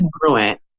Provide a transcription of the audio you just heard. congruent